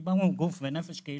דיברנו על גוף ונפש בקהילה,